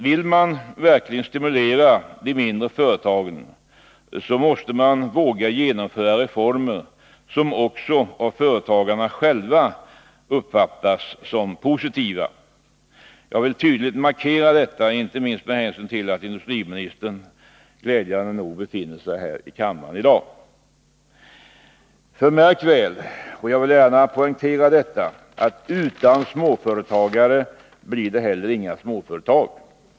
Vill man verkligen stimulera de mindre företagen måste man våga genomföra reformer som också av företagarna själva uppfattas som positiva. Jag vill tydligt markera detta, inte minst med hänsyn till att industriministern glädjande nog befinner sig här i kammaren i dag. Märk väl: utan småföretagare blir det inga småföretag.